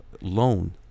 loan